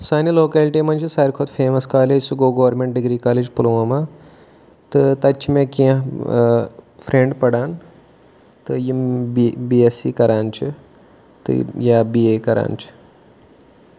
سانہِ لوکیلٹی منٛز چھِ ساروی کھۄتہٕ فیمَس کالیج سُہ گوٚو گورمٮ۪نٛٹ ڈِگری کالیج پُلوامہ تہٕ تَتہِ چھِ مےٚ کینٛہہ فرٛینٛڈ پَران تہٕ یِم بی بی اٮ۪س سی کَران چھِ تہٕ یا بی اے کَران چھِ